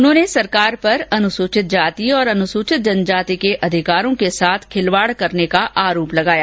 उन्होंने सरकार पर अनुसुचित जाति अनुसुचित जनजाति के अधिकारों के साथ खिलवाड करने का आरोप लगाया